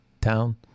town